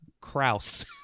Kraus